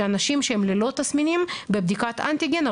שאנשים שהם ללא תסמינים בבדיקת אנטיגן,